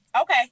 Okay